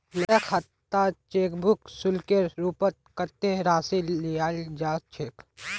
नया खातात cheque book शुल्केर रूपत कत्ते राशि लियाल जा छेक